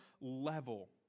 level